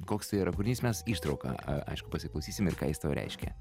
koks tai yra kūrinys mes ištrauką aišku pasiklausysime ir ką jis tau reiškia